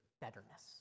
betterness